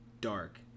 dark